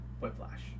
whiplash